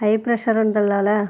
high pressure ഉണ്ടല്ലോ അല്ലേ